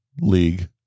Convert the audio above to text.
league